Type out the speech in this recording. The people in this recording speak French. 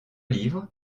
livre